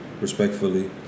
respectfully